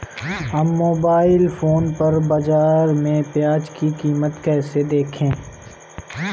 हम mobile phone पर बाज़ार में प्याज़ की कीमत कैसे देखें?